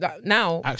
now